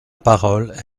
parole